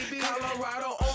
Colorado